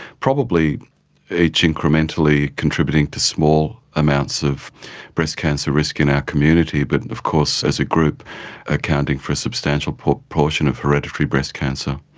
probably each incrementally contributing to small amounts of breast cancer risk in our community, but of course as a group accounting for a substantial proportion of hereditary breast cancer.